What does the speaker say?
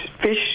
fish